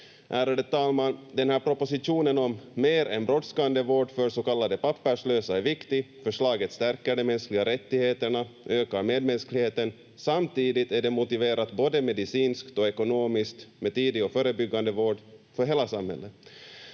Ärade talman! Den här propositionen om mer än brådskande vård för så kallade papperslösa är viktig. Förslaget stärker de mänskliga rättigheterna och ökar medmänskligheten. Samtidigt är det motiverat både medicinskt och ekonomiskt med tidig och förebyggande vård för hela samhället.